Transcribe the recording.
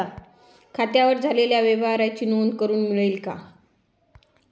खात्यावर झालेल्या व्यवहाराची नोंद करून मिळेल का?